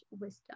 wisdom